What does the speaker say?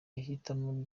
ihitamo